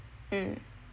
mm